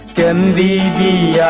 can be